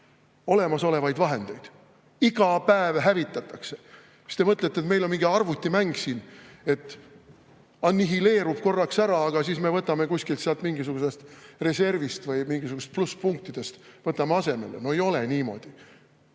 olemasolevaid vahendeid. Iga päev hävitatakse! Mis te mõtlete, et meil on mingi arvutimäng siin, et [see] annihileerub korraks ära, aga siis me võtame asemele kuskilt mingisugusest reservist või mingisugustest plusspunktidest? No ei ole niimoodi!